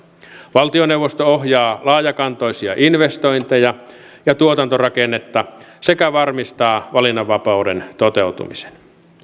valtioneuvosto ohjaa laajakantoisia investointeja ja tuotantorakennetta sekä varmistaa valinnanvapauden toteutumisen